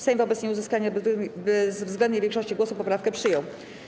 Sejm wobec nieuzyskania bezwzględnej większości głosów poprawkę przyjął.